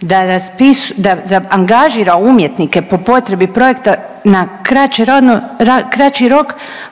da angažira umjetnike po potrebi projekta na kraći rok